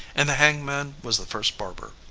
and the hangman was the first barber,